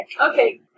Okay